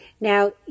Now